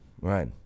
right